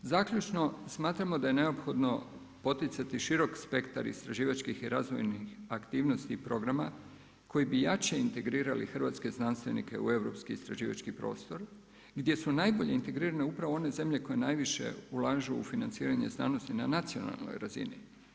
Zaključno, smatramo da je neophodno poticati široki spektar istraživačkih i razvojnih aktivnosti i programa koje bi jače integrirali hrvatske znanstvenike u europski istraživački prostor gdje su najbolje integrirane upravo one zemlje koje najviše ulažu u financiranje znanosti na nacionalnoj razini.